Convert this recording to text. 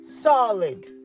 solid